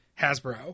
Hasbro